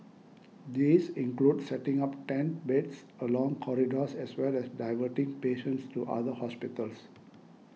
these include setting up tent beds along corridors as well as diverting patients to other hospitals